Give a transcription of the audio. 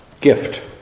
Gift